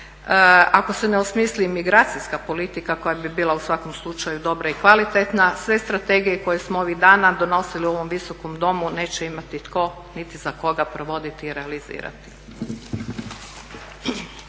ako se ne osmisli i migracijska politika koja bi bila u svakom slučaju dobra i kvalitetna sve strategije koje smo ovih dana donosili u ovom Visokom domu neće imati tko niti za koga provoditi i realizirati.